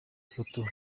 foto